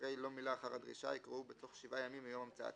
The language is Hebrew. אחרי "לא מילא אחר הדרישה" יקראו "בתוך שבעה ימים מיום המצאתה".